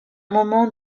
moment